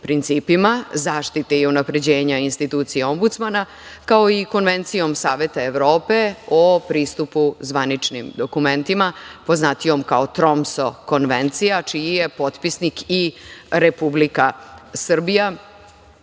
zaštite i unapređenja institucije Ombudsmana, kao i Konvencijom Saveta Evrope o pristupu zvaničnim dokumentima, poznatijom kao Tromso konvencija, čiji je potpisnik i Republika Srbija.